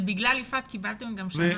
בגלל יפעת קיבלתם שנה.